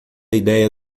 idéia